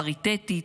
פריטטית,